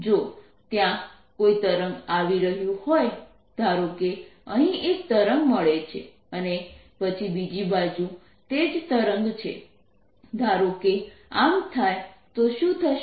જો ત્યાં કોઈ તરંગ આવી રહ્યું હોય ધારો કે અહીં એક તરંગ મળે છે અને પછી બીજી બાજુ તે જ તરંગ છે ધારો કે આમ થાય તો શું થશે